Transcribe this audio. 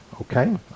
okay